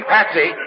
Patsy